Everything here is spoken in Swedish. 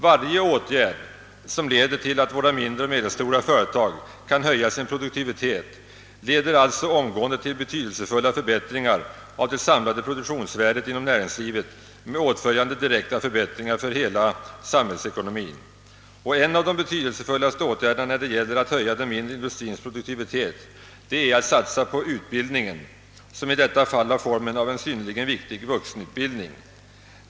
Varje åtgärd, som leder till att våra mindre och medelstora företag kan höja sin produktivitet, leder alltså omgående till betydelsefulla förbättringar av det samlade produktionsvärdet inom näringslivet med åtföljande direkta förbättringar för hela samhällsekonomin. Och en av de betydelsefullaste åtgärderna, när det gäller att höja den mindre industrins produktivitet, är att satsa på utbildningen, som i detta fall har formen av en synnerligen viktig vuxenutbildning.